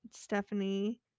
Stephanie